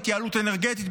בהתייעלות אנרגטית,